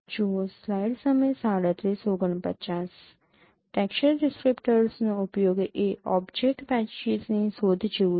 texture ડિસ્ક્રીપ્ટર્સનો ઉપયોગ એ ઓબ્જેક્ટ પેચીસની શોધ જેવું છે